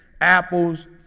apples